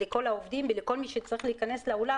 לכל העובדים ולכל מי שצריך להיכנס לאולם?